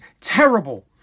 terrible